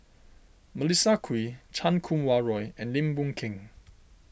Melissa Kwee Chan Kum Wah Roy and Lim Boon Keng